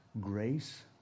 Grace